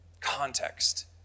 Context